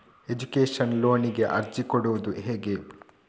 Education ಲೋನಿಗೆ ಅರ್ಜಿ ಕೊಡೂದು ಹೇಗೆ?